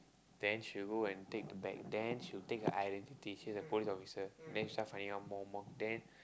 then she will go and take the bag then she will take her identity she a police officer then she start finding out more and more then